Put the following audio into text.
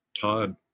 Todd